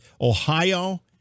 Ohio